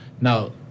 Now